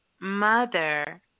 mother